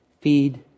Feed